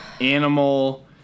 animal